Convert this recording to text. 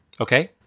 Okay